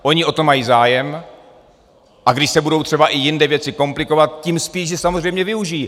Oni o to mají zájem, a když se budou třeba i jinde věci komplikovat, tím spíš ji samozřejmě využijí.